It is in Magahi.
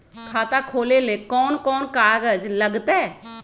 खाता खोले ले कौन कौन कागज लगतै?